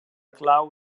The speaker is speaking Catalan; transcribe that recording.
clau